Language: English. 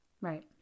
Right